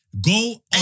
Go